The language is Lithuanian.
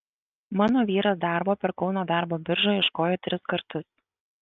mano vyras darbo per kauno darbo biržą ieškojo tris kartus